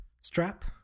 strap